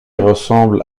ressemble